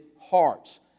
hearts